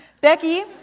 Becky